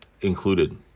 included